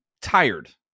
tired